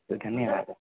धन्यवादः